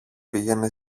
πήγαινε